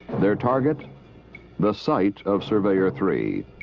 their target the site of surveyor three.